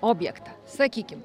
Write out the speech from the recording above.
objektą sakykim